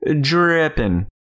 dripping